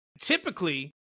Typically